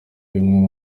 umwe